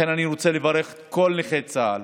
אני רוצה לברך את כל נכי צה"ל.